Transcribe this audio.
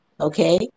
Okay